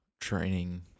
training